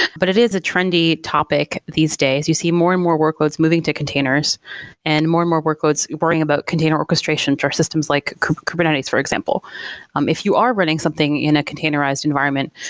but it is a trendy topic these days. you see more and more workloads moving to containers and more and more workloads worrying about container orchestration, jar systems like kubernetes, for example um if you are running something in a containerized environment,